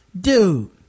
dude